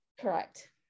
Correct